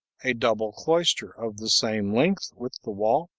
a double cloister, of the same length with the wall